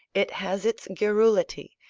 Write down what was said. it has its garrulity,